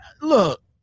look